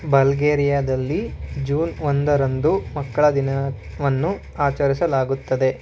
ಬಲ್ಗೇರಿಯಾದಲ್ಲಿ June ಒಂದರಂದು ಮಕ್ಕಳ ದಿನವನ್ನು ಆಚರಿಸಲಾಗುತ್ತದೆ